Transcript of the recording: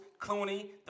Clooney